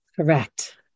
Correct